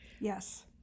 Yes